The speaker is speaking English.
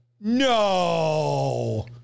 no